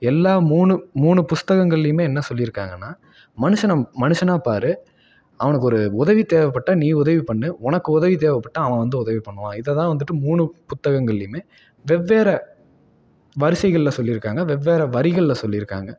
எல்லாம் மூணு மூணு புஸ்தகங்கள்லேயுமே என்ன சொல்லியிருக்காங்கன்னா மனுஷன மனுஷனா பார் அவனுக்கு ஒரு உதவி தேவைப்பட்டா நீ உதவி பண்ணு உனக்கு உதவி தேவைப்பட்டா அவன் வந்து உதவி பண்ணுவான் இதை தான் வந்துட்டு மூணு புத்தகங்கள்லேயுமே வெவ்வேறு வரிசைகளில் சொல்லியிருக்காங்க வெவ்வேறு வரிகளில் சொல்லியிருக்காங்க